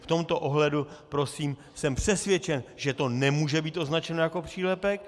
V tomto ohledu jsem přesvědčen, že to nemůže být označeno jako přílepek.